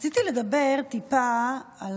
רציתי לדבר טיפה על